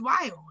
wild